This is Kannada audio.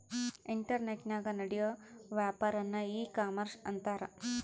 ಇಂಟರ್ನೆಟನಾಗ ನಡಿಯೋ ವ್ಯಾಪಾರನ್ನ ಈ ಕಾಮರ್ಷ ಅಂತಾರ